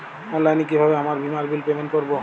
অনলাইনে কিভাবে আমার বীমার বিল পেমেন্ট করবো?